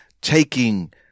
taking